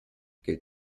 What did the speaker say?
gilt